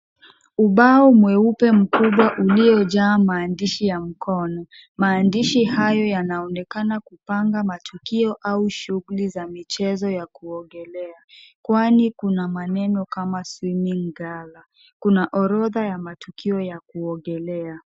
Ubao mweupe mkubwa uliojaa maandishi ya mkono. Maandishi hayo yanaonekana kupanga matukio au shughuli za kuogelea kwani kuna maneno kama swimming gala . Kuna orodha ya matukio ya kuogelea.